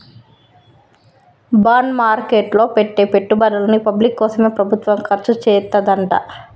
bond market లో పెట్టే పెట్టుబడుల్ని పబ్లిక్ కోసమే ప్రభుత్వం ఖర్చుచేత్తదంట